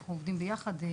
ואנחנו עובדים ביחד.